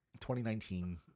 2019